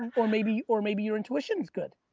or maybe or maybe your intuition is good.